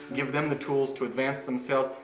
give them the tools to advance themselves,